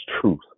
truth